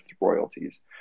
royalties